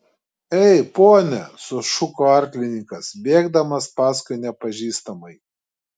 ei pone sušuko arklininkas bėgdamas paskui nepažįstamąjį